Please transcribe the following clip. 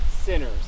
sinners